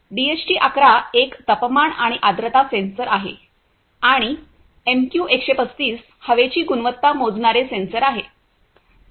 DHT 11 एक तापमान आणि आर्द्रता सेन्सर आहे आणि एमक्यू 135 हवेची गुणवत्ता मोजणारे सेन्सर आहे